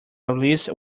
released